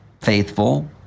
faithful